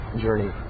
journey